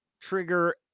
trigger